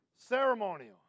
Ceremonial